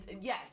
Yes